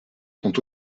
sont